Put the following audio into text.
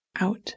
out